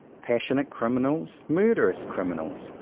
passionate criminals, murderous criminals,